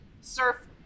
surf